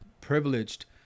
privileged